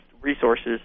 resources